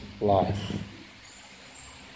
life